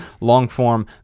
long-form